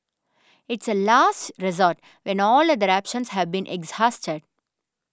it's a last resort when all other options have been exhausted